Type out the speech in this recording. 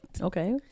Okay